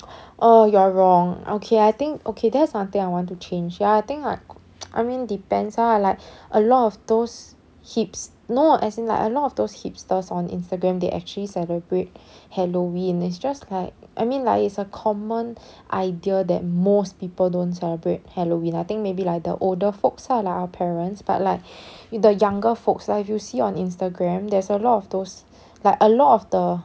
oh you are wrong okay I think okay that's something I want to change ya I think like I mean depends lah like a lot of those hips~ no as in a lot of those hipsters on instagram they actually celebrate halloween it's just like I mean like it's a common idea that most people don't celebrate halloween I think maybe like the older folks lah like our parents but like if the younger folks if you see on instagram there's a lot of those like a lot of the